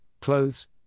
clothes